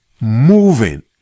moving